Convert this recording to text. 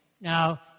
Now